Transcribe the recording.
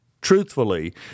truthfully